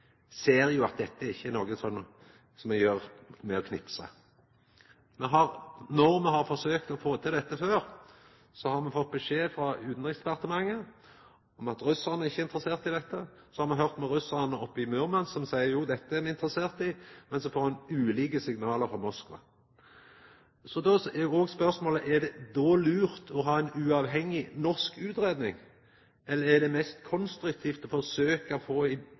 ser jo at dette ikkje er noko som me gjer ved å knipsa. Når me har forsøkt å få til dette før, har me fått beskjed frå Utanriksdepartementet om at russarane ikkje er interesserte i dette. Så har me høyrt med russarane oppe i Murmansk, som seier: Jo, dette er me interesserte i, men så får ein ulike signal frå Moskva. Då er spørsmålet: Er det lurt å ha ei uavhengig, norsk utgreiing? Eller, er det meir konstruktivt å forsøkja å få